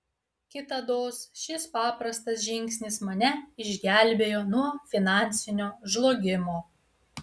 kitados šis paprastas žingsnis mane išgelbėjo nuo finansinio žlugimo